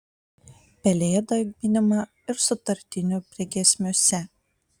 pelėda minima ir sutartinių priegiesmiuose